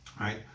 right